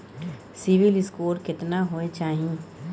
CIBIL score केतना होय चाही?